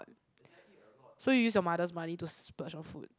so you use your mother's money to splurge on food